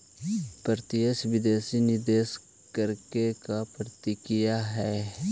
प्रत्यक्ष विदेशी निवेश करे के का प्रक्रिया हइ?